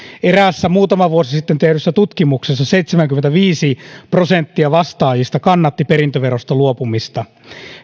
eräässä muutama vuosi sitten tehdyssä tutkimuksessa seitsemänkymmentäviisi prosenttia vastaajista kannatti perintöverosta luopumista